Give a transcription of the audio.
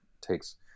takes –